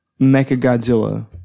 Mechagodzilla